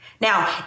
Now